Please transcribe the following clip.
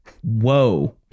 Whoa